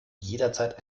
jederzeit